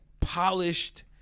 polished